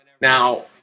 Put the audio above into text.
Now